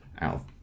out